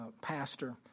pastor